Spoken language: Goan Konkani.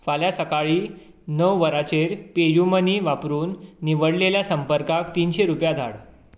फाल्यां सकाळीं णव वरांचेर पेयूमनी वापरून निवडिल्ल्या संपर्काक तिनशे रुपया धाड